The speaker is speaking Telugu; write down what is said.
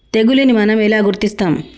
తెగులుని మనం ఎలా గుర్తిస్తాము?